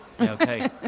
Okay